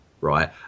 right